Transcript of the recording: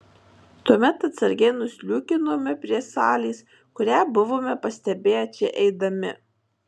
tuomet atsargiai nusliūkinome prie salės kurią buvome pastebėję čia eidami